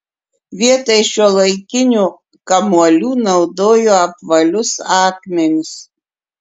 vietoj šiuolaikinių kamuolių naudojo apvalius akmenis